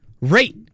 Rate